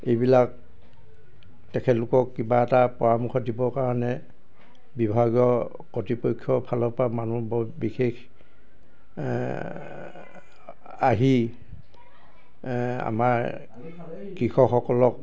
এইবিলাক তেখেতলোকক কিবা এটা পৰামৰ্শ দিবৰ কাৰণে বিভাগৰ কৰ্তৃপক্ষৰ ফালৰ পৰা মানুহ বৰ বিশেষ আহি আমাৰ কৃষকসকলক